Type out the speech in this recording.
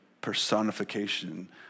personification